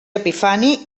epifani